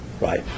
right